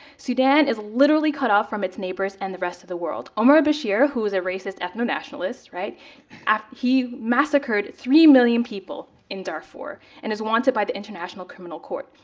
sudan is literally cut off from its neighbors and the rest of the world. omar al-bashir, who is a racist ethno-nationalist, he massacred three million people in darfur, and is wanted by the international criminal court.